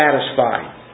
satisfied